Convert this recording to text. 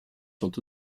sont